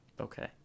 Okay